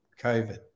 COVID